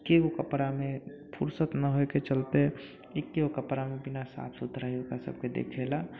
एगो कपड़ामे फुर्सत न होइके चलते एगो कपड़ामे बिना साफ सुथराके ओकरा सभके देखेला